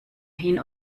hin